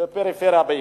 בפריפריה בעיקר,